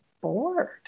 bored